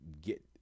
get